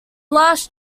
latest